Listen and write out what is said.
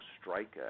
strike